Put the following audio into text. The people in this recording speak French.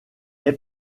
est